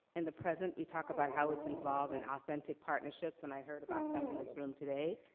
in the present, we talk about how it's involved in authentic partnerships, and i heard about some in this room today.